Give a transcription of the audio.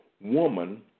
woman